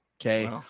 Okay